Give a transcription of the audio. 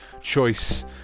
choice